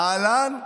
אהלן וסהלן.